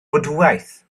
bwdhaeth